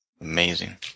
amazing